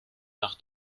nach